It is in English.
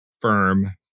firm